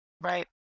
Right